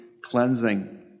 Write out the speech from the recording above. cleansing